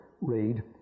read